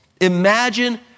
Imagine